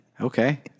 Okay